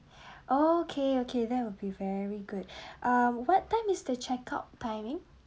okay okay that will be very good um what time is the check out timing